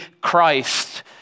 Christ